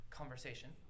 conversation